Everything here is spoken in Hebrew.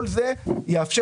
אגב,